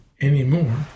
anymore